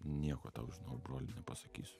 nieko tau žinok broli nepasakysiu